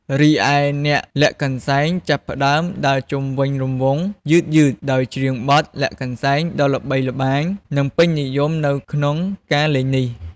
រីឯ អ្នកលាក់កន្សែងចាប់ផ្តើម ដើរជុំវិញរង្វង់ យឺតៗ ដោយច្រៀងបទ "លាក់កន្សែង" ដ៏ល្បីល្បាញ និងពេញនិយមនៅក្នុងការលេងនេះ។